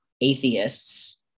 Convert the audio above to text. atheists